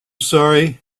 sorry